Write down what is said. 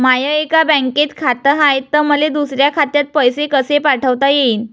माय एका बँकेत खात हाय, त मले दुसऱ्या खात्यात पैसे कसे पाठवता येईन?